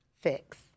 fix